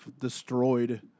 destroyed